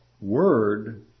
word